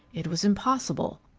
it was impossible!